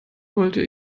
wollte